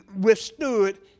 withstood